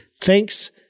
Thanks